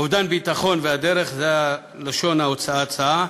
אובדן הביטחון והדרך, זו לשון ההצעה,